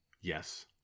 Yes